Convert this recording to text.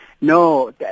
No